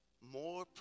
more